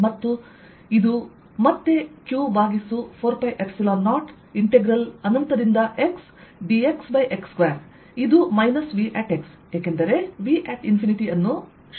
ಮತ್ತು ಇದು ಮತ್ತೆ q4π0 ಇಂಟೆಗ್ರಲ್ ಅನಂತದಿಂದ x dxx2ಇದು V ಏಕೆಂದರೆ V∞ ಅನ್ನು 0 ಎಂದು ತೆಗೆದುಕೊಳ್ಳಲಾಗಿದೆ